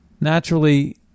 naturally